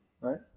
right